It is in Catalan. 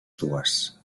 dues